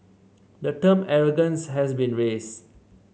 the term arrogance has been raised